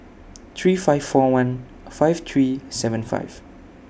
three five four one five three seven five